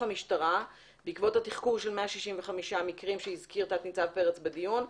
המשטרה בעקבות התחקור של 165 האירועים שציין תנ"צ פרץ בדיון.